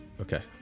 Okay